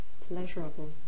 pleasurable